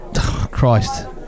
Christ